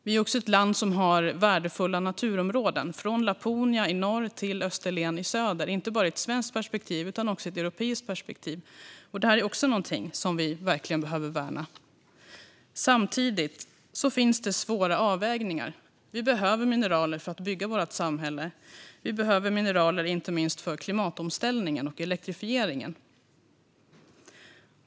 Vi är också ett land som har värdefulla naturområden, från Laponia i norr till Österlen i söder, inte bara i ett svenskt perspektiv utan också i ett europeiskt perspektiv. Det är också någonting som vi verkligen behöver värna. Samtidigt finns det svåra avvägningar. Vi behöver mineraler för att bygga vårt samhälle. Vi behöver mineraler inte minst för klimatomställningen och elektrifieringen.